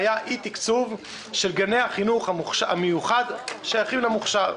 היה אי-תקצוב של גני החינוך המיוחד שייכים למוכש”ר.